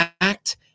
act